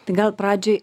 tai gal pradžiai